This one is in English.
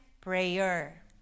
prayer